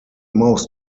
most